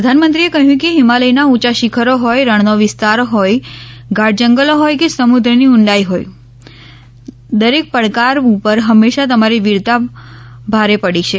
પ્રધાનમંત્રીએ કહ્યું કે હિમાલયના ઊંચા શિખરો હોય રણનો વિસ્તાર હોય ગાઢ જંગલો હોય કે સમુદ્રની ઊડાઈ હોય દરેક પડકાર ઉપર હંમેશા તમારી વીરતા ભારે પડી છે